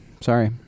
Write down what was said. sorry